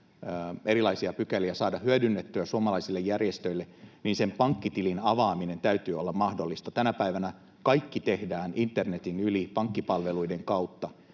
erilaisia pykäliä hyödyntämään suomalaisille järjestöille, niin sen pankkitilin avaamisen täytyy olla mahdollista. Tänä päivänä kaikki tehdään internetin yli pankkipalveluiden kautta,